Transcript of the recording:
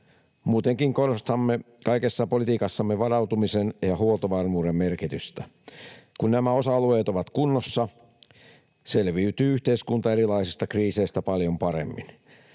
Muutenkin korostamme kaikessa politiikassamme varautumisen ja huoltovarmuuden merkitystä. Kun nämä osa-alueet ovat kunnossa, selviytyy yhteiskunta erilaisista kriiseistä paljon paremmin.